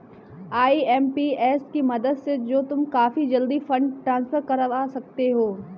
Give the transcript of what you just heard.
IMPS की मदद से तो तुम काफी जल्दी फंड ट्रांसफर करवा सकते हो